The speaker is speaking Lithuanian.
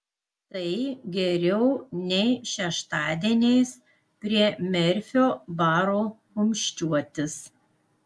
tai geriau nei šeštadieniais prie merfio baro kumščiuotis